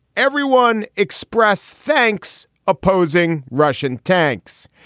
everyone express thanks opposing russian tanks.